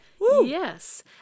Yes